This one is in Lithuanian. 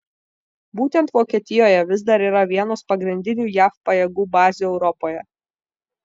būtent vokietijoje vis dar yra vienos pagrindinių jav pajėgų bazių europoje